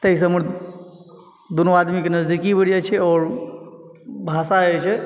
ताहिसँ हमर दुनू आदमी के नजदीकी बढ़ि जाइ छै आओर भाषा जे छै